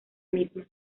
misma